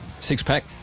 Six-pack